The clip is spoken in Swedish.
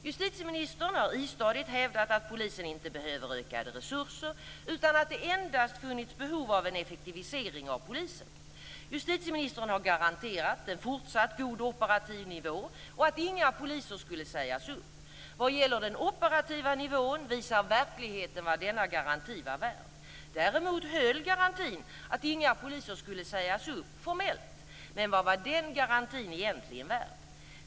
Justitieministern har istadigt hävdat att polisen inte behöver ökade resurser utan att det endast funnits behov av en effektivisering av polisen. Justitieministern har garanterat en fortsatt god operativ nivå och att inga poliser skulle sägas upp. Vad gäller den operativa nivån visar verkligheten vad denna garanti var värd. Däremot höll garantin att inga poliser skulle sägas upp formellt. Men vad var den garantin egentligen värd?